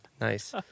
Nice